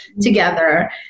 together